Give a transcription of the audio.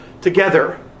together